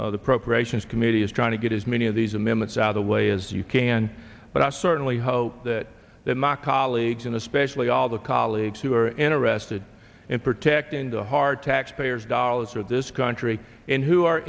of the appropriations committee is trying to get as many of these amendments out the way as you can but i certainly hope that the moc colleagues and especially all the colleagues who are interested in protecting the hard taxpayers dollars for this country and who are